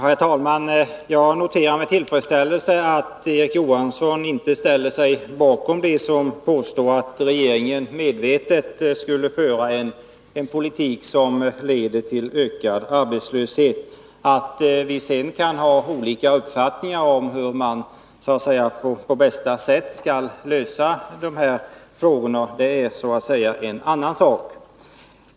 Herr talman! Jag noterar med tillfredsställelse att Erik Johansson inte ställer sig bakom dem som påstår att regeringen medvetet skulle föra en politik, som leder till ökad arbetslöshet. Att vi sedan kan ha olika uppfattningar om hur man på bästa sätt skall lösa dessa frågor är en annan sak.